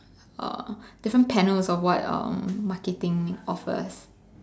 uh different panels of um what marketing offers